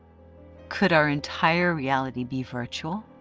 could our entire reality be virtual?